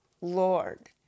Lord